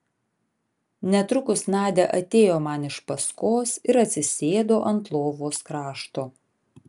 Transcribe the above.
netrukus nadia atėjo man iš paskos ir atsisėdo ant lovos krašto